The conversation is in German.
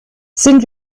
sind